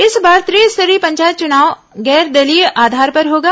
इस बार त्रिस्तरीय पंचायत चूनाव गैर दलीय आधार पर होगा